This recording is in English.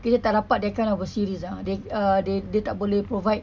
kita tak dapat that kind of a series ah they uh they tak boleh provide